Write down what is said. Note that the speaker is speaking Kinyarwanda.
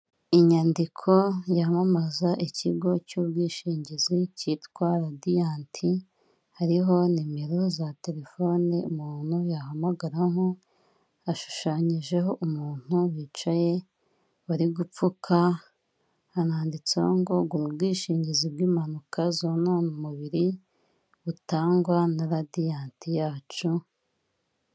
Inyandiko yamamaza ikigo cy'ubwishingizi cyitwa Radianti, hariho nimero za telefone umuntu yahamagaraho, hashushanyijeho umuntu bicaye bari gupfuka, hananditseho ngo gura ubwishingizi bw'impanuka zonona umubiri butangwa na Radiant yacu.